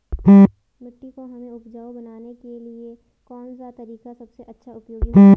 मिट्टी को हमें उपजाऊ बनाने के लिए कौन सा तरीका सबसे अच्छा उपयोगी होगा?